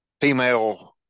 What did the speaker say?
female